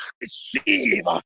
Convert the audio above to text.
receive